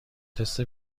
تست